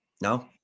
No